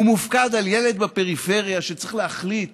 הוא מופקד על ילד בפריפריה, שצריך להחליט